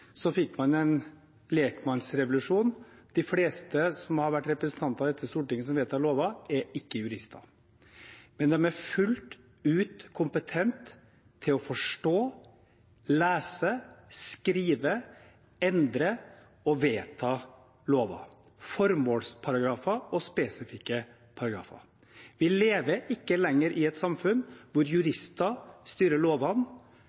Så fikk man en lekmannsrevolusjon. De fleste som har vært representanter som vedtar lover i dette stortinget, er ikke jurister – men de er fullt ut kompetente til å forstå, lese, skrive, endre og vedta lover, formålsparagrafer og spesifikke paragrafer. Vi lever ikke lenger i et samfunn hvor jurister styrer lovene,